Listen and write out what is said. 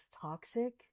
toxic